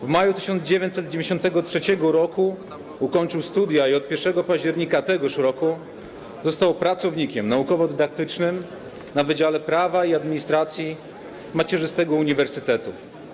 W maju 1993 r. ukończył studia i od 1 października tegoż roku został pracownikiem naukowo-dydaktycznym na Wydziale Prawa i Administracji macierzystego uniwersytetu.